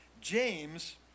James